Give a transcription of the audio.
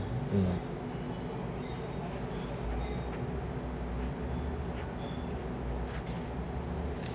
um